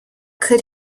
could